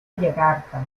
yakarta